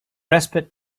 respite